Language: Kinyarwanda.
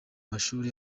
mashuri